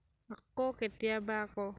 আকৌ কেতিয়াবা আকৌ